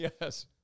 Yes